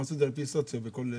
הם עשו לפי הסוציו-אקונומי בכל עיר.